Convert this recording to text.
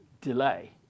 delay